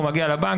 הוא מגיע לבנק,